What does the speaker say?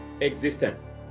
existence